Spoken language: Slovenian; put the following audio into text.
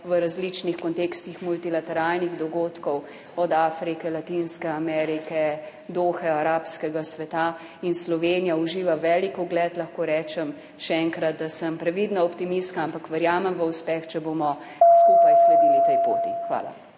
v različnih kontekstih multilateralnih dogodkov, od Afrike, Latinske Amerike, Dohe, arabskega sveta. In Slovenija uživa velik ugled. Lahko rečem še enkrat, da sem previdna optimistka, ampak verjamem v uspeh, če bomo skupaj sledili tej poti. Hvala.